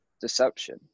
deception